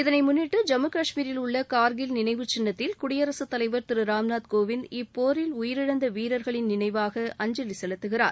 இதனை முன்னிட்டு ஜம்மு காஷ்மீரில் உள்ள கார்கில் நினைவுச் சின்னத்தில் குடியரகத் தலைவர் திரு ராம்நாத் கோவிந்த் இப்போரில் உயிரிழந்த வீரர்களின் நினைவாக அஞ்சலி செலுத்துகிறார்